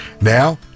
Now